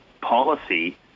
policy